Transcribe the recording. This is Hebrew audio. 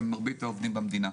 שהם מרבית העובדים במדינה.